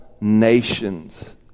nations